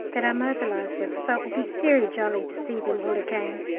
that i mobilised with, so it will be very jolly to see them all again.